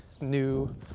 new